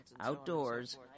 outdoors